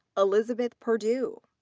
elizabeth purdue.